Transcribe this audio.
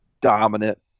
dominant